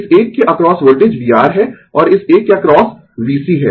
इस एक के अक्रॉस वोल्टेज vR है और इस एक के अक्रॉस VC है